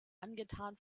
angetan